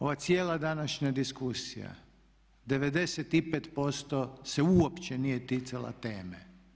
Ova cijela današnja diskusija 95% se uopće nije ticala teme.